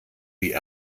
wie